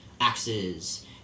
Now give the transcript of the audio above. axes